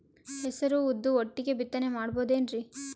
ಹೆಸರು ಉದ್ದು ಒಟ್ಟಿಗೆ ಬಿತ್ತನೆ ಮಾಡಬೋದೇನ್ರಿ?